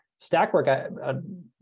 stackwork